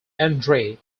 andrey